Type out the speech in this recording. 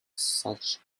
such